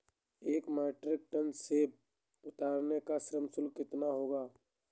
एक metric ton सेव उतारने का श्रम शुल्क कितना होगा?